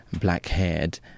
black-haired